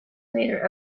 later